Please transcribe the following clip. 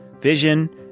vision